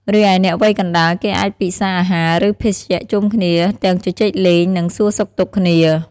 រីឯអ្នកវ័យកណ្ដាលគេអាចពិសាអាហារ ឬ ភេសជ្ជៈជុំគ្នាទាំងជជែកលេង និងសួរសុខទុក្ខគ្នា។